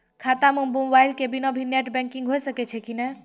खाता म मोबाइल के बिना भी नेट बैंकिग होय सकैय छै कि नै?